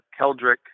Keldrick